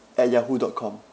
at yahoo dot com